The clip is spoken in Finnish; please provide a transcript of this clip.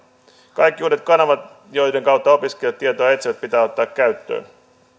kaikki uudet kanavat joiden kautta opiskelijat tietoa etsivät pitää ottaa käyttöön